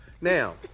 Now